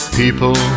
people